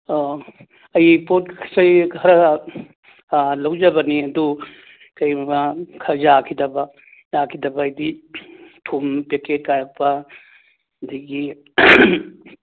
ꯑꯣ ꯑꯩ ꯄꯣꯠ ꯆꯩ ꯈꯔ ꯂꯧꯖꯕꯅꯤ ꯑꯗꯨ ꯀꯩꯒꯨꯝꯕ ꯈꯔ ꯌꯥꯈꯤꯗꯕ ꯌꯥꯈꯤꯗꯕ ꯍꯥꯏꯕꯗꯤ ꯊꯨꯝ ꯄꯦꯛꯀꯦꯠ ꯀꯥꯏꯔꯛꯄ ꯑꯗꯨꯗꯒꯤ